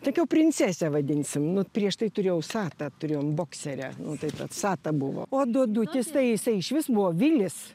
sakiau princese vadinsim nu prieš tai turėjau satą turėjom bokserę nu taip pat sata buvo o dudutis tai jisai išvis buvo vilis